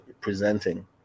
presenting